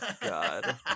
god